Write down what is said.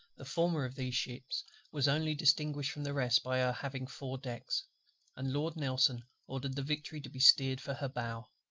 the former of these ships was only distinguished from the rest by her having four decks and lord nelson ordered the victory to be steered for her bow.